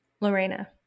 Lorena